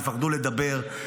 יפחדו לדבר?